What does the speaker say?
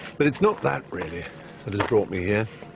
but it's not that really that has brought me here.